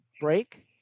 break